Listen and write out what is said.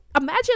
imagine